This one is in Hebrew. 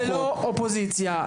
אופוזיציה וקואליציה.